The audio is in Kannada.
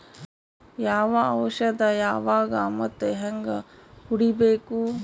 ಯಾವ ಔಷದ ಯಾವಾಗ ಮತ್ ಹ್ಯಾಂಗ್ ಹೊಡಿಬೇಕು?